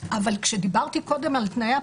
אבל כשדיברתי קודם על תנאי הפתיחה,